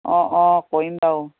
অঁ অঁ কৰিম বাৰু